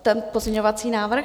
Ten pozměňovací návrh?